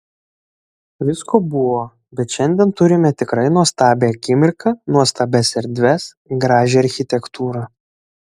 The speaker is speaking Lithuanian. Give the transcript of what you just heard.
visko buvo bet šiandien turime tikrai nuostabią akimirką nuostabias erdves gražią architektūrą